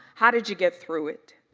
how did you get through it?